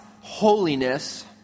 holiness